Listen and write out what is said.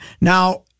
Now